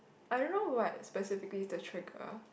I don't know what specifically is the trigger